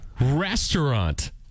restaurant